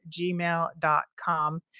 gmail.com